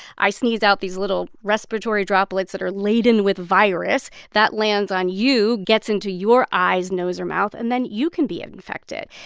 i sneeze out these little respiratory droplets that are laden with virus. that lands on you, gets into your eyes, nose or mouth. and then you can be infected.